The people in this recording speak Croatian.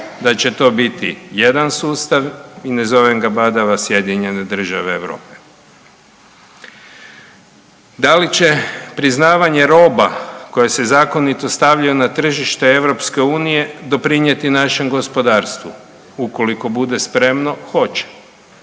da će to biti jedan sustav i ne zovem ga badava sjedinjene države Europe. Da li će priznavanje roba koje se zakonito stavljaju na tržište EU doprinijeti našem gospodarstvu, ukoliko bude spremno, hoće